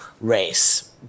race